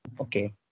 Okay